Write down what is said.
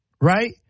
right